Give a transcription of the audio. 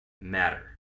matter